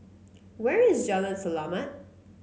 where is Jalan Selamat